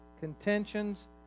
contentions